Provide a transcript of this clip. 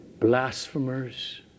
Blasphemers